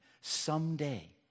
someday